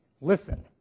listen